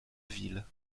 ville